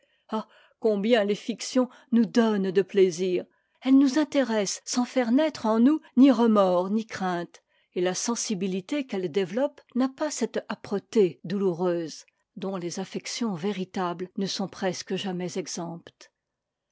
ah combien les fictions nous donnent de plaisirs elles nous intéressent sans faire naître en nous ni remords ni crainte et la sensibilité qu'elles développent n'a pas cette âpreté douloureuse dont les affections véritables ne sont presque jamais exemptes